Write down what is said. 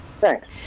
Thanks